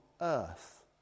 earth